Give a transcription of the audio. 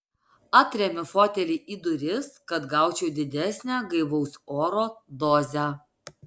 atremiu fotelį į duris kad gaučiau didesnę gaivaus oro dozę